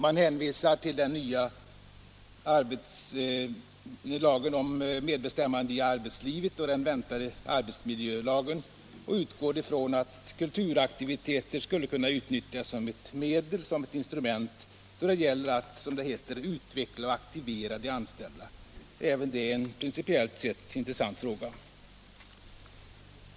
Man hänvisar till den nya lagen om medbestämmande i arbetslivet och den väntade arbetsmiljölagen och utgår ifrån att kulturaktiviteter skulle kunna utnyttjas som ett instrument då det gäller att — som det heter - ”utveckla och aktivera de anställda”, även det en principiellt sett intressant fråga.